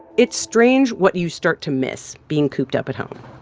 it's strange what you start to miss, being cooped up at home.